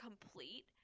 complete